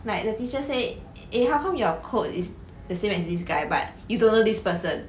like the teacher say eh how come your code is the same as this guy but you don't know this person